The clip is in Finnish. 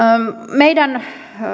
meidän